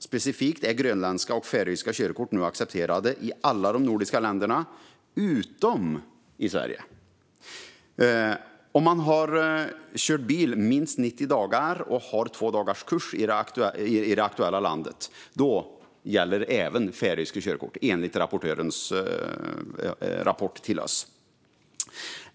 Specifikt är grönländska och färöiska körkort nu accepterade i alla de nordiska länderna, utom i Sverige, om man har kört bil minst 90 dagar och har två dagars kurs i det aktuella landet. Då gäller även färöiska körkort, enligt rapportörens rapport till oss.